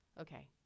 Okay